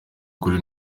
kuri